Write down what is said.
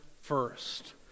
first